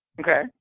Okay